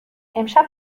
امشب